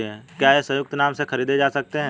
क्या ये संयुक्त नाम से खरीदे जा सकते हैं?